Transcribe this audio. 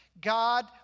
God